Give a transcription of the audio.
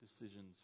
decisions